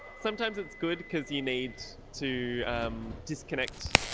sometimes it's good because you need to um disconnect,